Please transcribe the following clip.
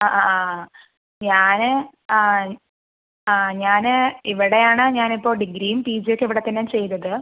ആ ആ ആ ഞാൻ ആ ആ ഞാൻ ഇവിടെ ആണ് ഞാൻ ഇപ്പോൾ ഡിഗ്രിയും പിജി ഒക്കെ ഇവിടെ തന്നെയാണ് ചെയ്തത്